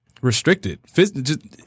restricted